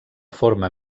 forma